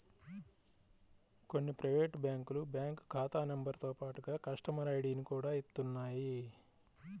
కొన్ని ప్రైవేటు బ్యాంకులు బ్యాంకు ఖాతా నెంబరుతో పాటుగా కస్టమర్ ఐడిని కూడా ఇస్తున్నాయి